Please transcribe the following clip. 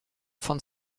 von